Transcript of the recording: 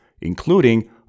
including